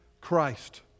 Christ